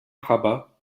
rabat